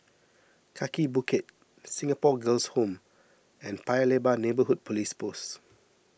Kaki Bukit Singapore Girls' Home and Paya Lebar Neighbourhood Police Post